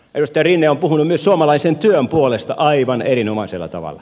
rinne on puhunut myös suomalaisen työn puolesta aivan erinomaisella tavalla